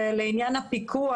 ולעניין הפיקוח,